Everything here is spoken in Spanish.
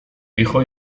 hijo